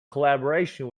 collaboration